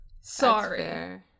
Sorry